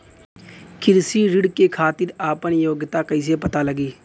कृषि ऋण के खातिर आपन योग्यता कईसे पता लगी?